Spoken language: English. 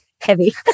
Heavy